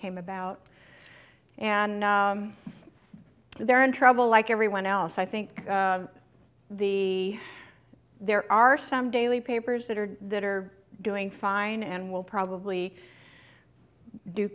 came about and they're in trouble like everyone else i think the there are some daily papers that are that are doing fine and will probably do